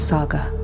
Saga